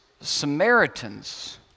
Samaritans